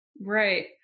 Right